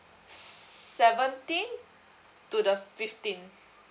seventeenth to the fifteenth